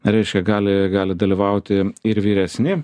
reiškia gali gali dalyvauti ir vyresni